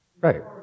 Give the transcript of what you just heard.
Right